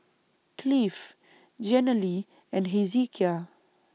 Cleve Jenilee and Hezekiah